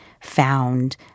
found